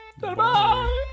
goodbye